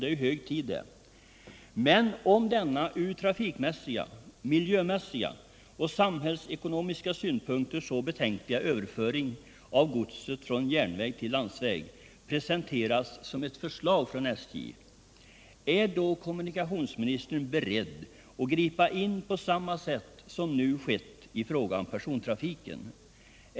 Det är hög tid. Men om denna från trafik mässiga, miljömässiga och samhällsekonomiska synpunkter så betänkliga överföring av godset från järnväg till landsväg presenteras som ett förslag från SJ, är då kommunikationsministern beredd att gripa in på samma sätt som nu skett i fråga om persontrafiken?